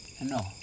No